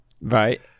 Right